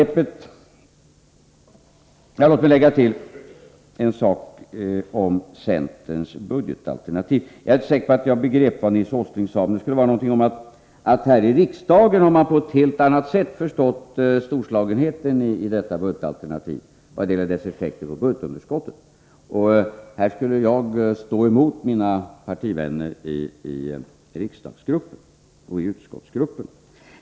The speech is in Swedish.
Låt mig tillägga några ord om centerns budgetalternativ. Jag är inte säker på att jag begrep vad Nils Åsling sade, men jag tror det skulle vara någonting om att man här i riksdagen på ett helt annat sätt har förstått storslagenheten i detta budgetalternativ och dess effekter på budgetunderskottet. Här skulle väl jag stå emot mina partivänner i riksdagsgruppen och utskottsgruppen.